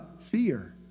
Fear